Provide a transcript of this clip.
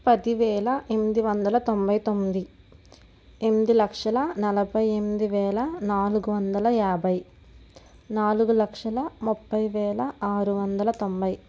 పదివేల ఎనిమిది వందల తొంభై తొంది ఎనిమిది లక్షల నలభై ఎనిమిది వేల నాలుగు వందల యాభై నాలుగు లక్షల ముప్పై వేల అరు వందల తొంభై